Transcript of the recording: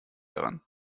daran